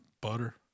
Butter